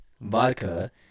vodka